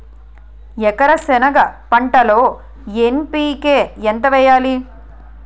ఎకర సెనగ పంటలో ఎన్.పి.కె ఎంత వేయాలి?